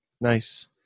Nice